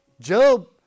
Job